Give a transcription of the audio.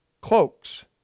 cloaks